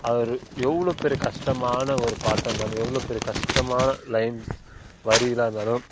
அவர் எவ்வளோ பெரிய கஷ்டமான ஒரு பாட்டாக இருந்தாலும் எவ்வளோ பெரிய கஷ்டமான லைன்ஸ் வரிகளாக இருந்தாலும்